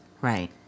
Right